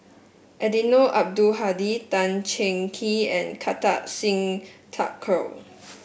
Eddino Abdul Hadi Tan Cheng Kee and Kartar Singh Thakral